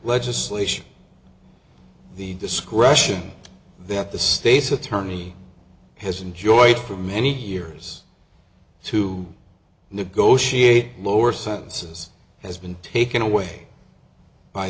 legislation the discretion that the state's attorney has enjoyed for many years to negotiate lower sentences has been taken away by